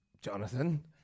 Jonathan